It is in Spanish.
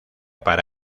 para